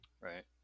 Right